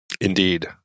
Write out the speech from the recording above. Indeed